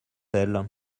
elle